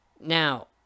Now